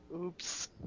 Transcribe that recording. Oops